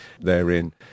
therein